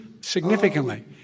significantly